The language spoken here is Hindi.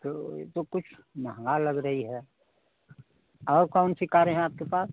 तो यह तो कुछ महँगी लग रही है और कौन सी कारें हैं आपके पास